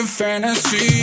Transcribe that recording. fantasy